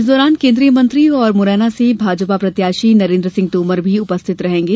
इस दौरान केंद्रीय मंत्री और मुरैना से भाजपा प्रत्याशी नरेन्द्र सिंह तोमर भी उपस्थित रहेंगे